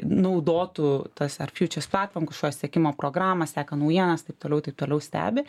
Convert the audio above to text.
naudotų tas ar futures platform kažkokią sekimo programą seka naujienas taip toliau taip toliau stebi